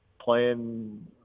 playing